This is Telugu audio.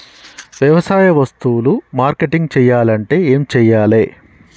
వ్యవసాయ వస్తువులు మార్కెటింగ్ చెయ్యాలంటే ఏం చెయ్యాలే?